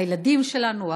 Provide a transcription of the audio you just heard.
הילדים שלנו,